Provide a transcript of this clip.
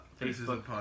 Facebook